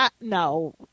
no